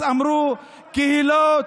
אז אמרו שקהילות,